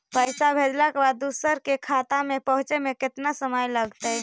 पैसा भेजला के बाद दुसर के खाता में पहुँचे में केतना समय लगतइ?